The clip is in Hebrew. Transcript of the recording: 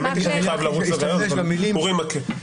אני חייב לרוץ לוועדות, אורי מכיר.